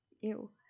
Ew